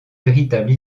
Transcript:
véritable